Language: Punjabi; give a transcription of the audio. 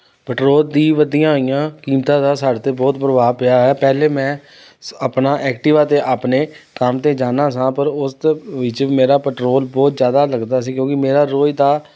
ਪਟਰੋਲ ਦੀ ਵਧੀਆਂ ਹੋਈਆਂ ਕੀਮਤਾਂ ਦਾ ਸਾਡੇ 'ਤੇ ਬਹੁਤ ਪ੍ਰਭਾਵ ਪਿਆ ਹੈ ਪਹਿਲਾਂ ਮੈਂ ਸ ਆਪਣਾ ਐਕਟੀਵਾ 'ਤੇ ਆਪਣੇ ਕੰਮ ਤੇ ਜਾਂਦਾ ਸਾਂ ਪਰ ਉਸ ਦੇ ਵਿੱਚ ਮੇਰਾ ਪਟਰੋਲ ਬਹੁਤ ਜ਼ਿਆਦਾ ਲੱਗਦਾ ਸੀ ਕਿਉਂਕਿ ਮੇਰਾ ਰੋਜ਼ ਦਾ